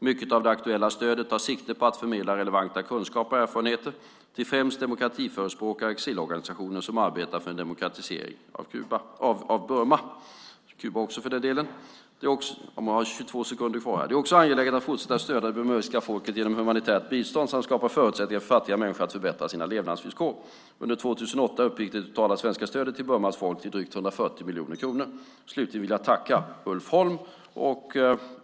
Mycket av det aktuella stödet tar sikte på att förmedla relevanta kunskaper och erfarenheter till främst demokratiförespråkare och exilorganisationer som arbetar för en demokratisering av Burma. Det är också angeläget att fortsatt stödja det burmesiska folket genom humanitärt bistånd samt skapa förutsättningar för fattiga människor att förbättra sina levnadsvillkor. Under 2008 uppgick det totala svenska stödet till Burmas folk till drygt 140 miljoner kronor. Slutligen vill jag tacka Ulf Holm.